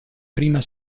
prima